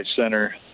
Center